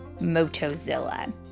Motozilla